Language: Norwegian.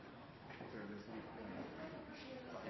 sin,